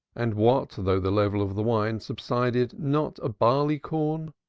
and what though the level of the wine subsided not a barley-corn?